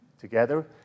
Together